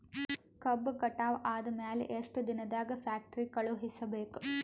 ಕಬ್ಬು ಕಟಾವ ಆದ ಮ್ಯಾಲೆ ಎಷ್ಟು ದಿನದಾಗ ಫ್ಯಾಕ್ಟರಿ ಕಳುಹಿಸಬೇಕು?